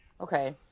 Okay